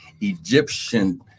egyptian